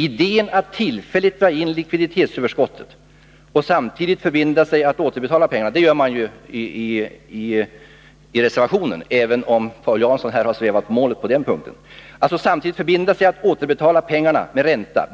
Idén att tillfälligt dra in likviditetsöverskottet och samtidigt förbinda sig att återbetala pengarna med ränta — det gör man ju i reservationen, även om Paul Jansson här har svävat på målet på den punkten —